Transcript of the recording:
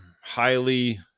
highly